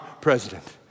president